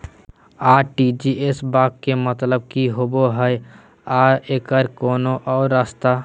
RTGS बा के मतलब कि होबे हय आ एकर कोनो और रस्ता?